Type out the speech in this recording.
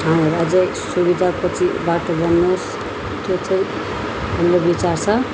ठाउँहरू अझ सुविधा पछि बाटो बनोस् त्यो चाहिँ हाम्रो विचार छ